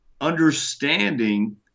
understanding